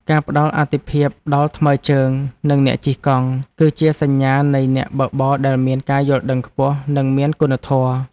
ការផ្ដល់អាទិភាពដល់ថ្មើរជើង និងអ្នកជិះកង់ គឺជាសញ្ញាណនៃអ្នកបើកបរដែលមានការយល់ដឹងខ្ពស់ និងមានគុណធម៌។